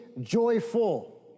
joyful